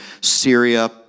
Syria